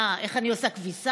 מה, איך אני עושה כביסה?